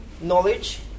knowledge